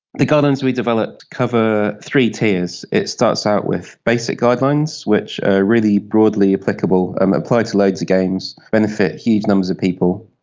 the guidelines we developed cover three tiers. it starts out with basic guidelines, which are really broadly applicable and um apply to loads of games, benefit huge numbers of people,